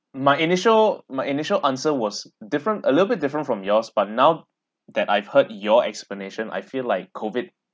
my initial my initial answer was different a little bit different from yours but now that I've heard your explanation I feel like COVID